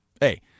hey